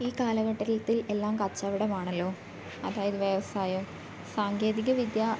ഈ കാലഘട്ടകൽത്തിൽ എല്ലാം കച്ചവടമാണല്ലോ അതായത് വ്യവസായം സാങ്കേതിക വിദ്യ